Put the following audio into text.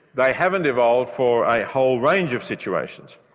they haven't evolved for a whole range of situations.